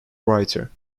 writer